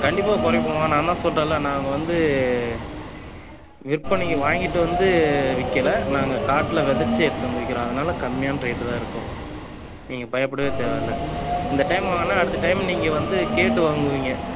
கண்டிப்பாக குறைப்போம்மா நான் தான் சொல்லுறேன்ல நான் வந்து விற்பனைக்கு வாங்கிகிட்டு வந்து விற்கல நாங்கள் காட்டில் விதச்சு எடுத்துகிட்டு வந்து விற்கிறோம் அதனால் கம்மியான ரேட் தான் இருக்கும் நீங்கள் பயப்படவே தேவயில்லை இந்த டைம் வாங்கினா அடுத்த டைம் நீங்கள் வந்து கேட்டு வாங்குவீங்க